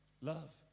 Love